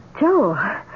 Joe